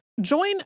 Join